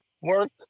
work